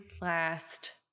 last